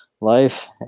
life